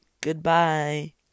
Goodbye